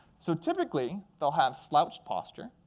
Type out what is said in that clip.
so typically, they'll have slouched posture.